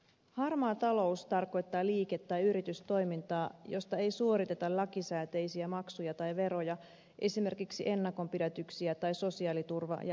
harmaa talous tarkoittaa liike tai yritystoimintaa josta ei suoriteta lakisääteisiä maksuja tai veroja esimerkiksi ennakonpidätyksiä tai sosiaaliturva ja eläkemaksuja